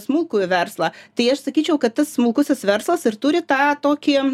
smulkųjį verslą tai aš sakyčiau kad tas smulkusis verslas ir turi tą tokį